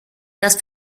das